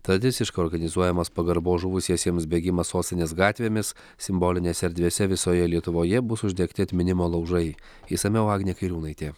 tradiciškai organizuojamas pagarbos žuvusiesiems bėgimas sostinės gatvėmis simbolinėse erdvėse visoje lietuvoje bus uždegti atminimo laužai išsamiau agnė kairiūnaitė